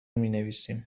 مینویسم